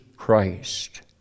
Christ